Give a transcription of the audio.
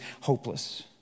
hopeless